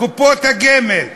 קופות הגמל,